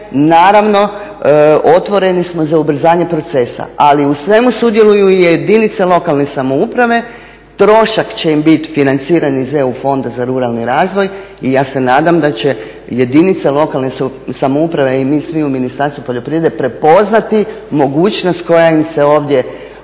naravno, otvoreni smo za ubrzanje procesa, ali u svemu sudjeluju jedinice lokalne samouprave, trošak će im biti financiran iz EU fonda za ruralni razvoj i ja se nadam da će jedinica lokalne samouprave i mi svi u Ministarstvu poljoprivrede prepoznati mogućnost koja im se ovdje